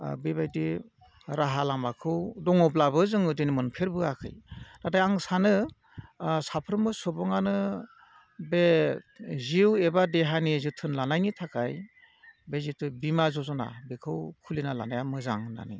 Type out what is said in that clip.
बेबायदि राहा लामाखौ दङब्लाबो जोङो मोनफेरबोआखै नाथाय आं सानो साफ्रोमबो सुबुङानो बे जिउ एबा देहानि जोथोन लानायनि थाखाय बे जिथु बीमा यज'ना बेखौ खुलिना लानाया मोजां होननानै